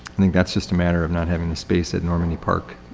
i think that's just a matter of not having the space at normandy park.